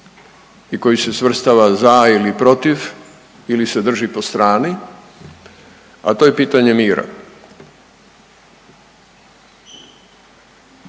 i koji se svrstava za ili protiv ili se drži po strani, a to je pitanje mira.